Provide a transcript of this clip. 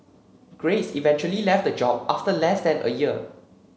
Grace eventually left the job after less than a year